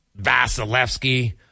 Vasilevsky